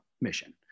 mission